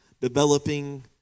developing